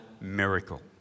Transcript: miracle